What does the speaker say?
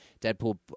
Deadpool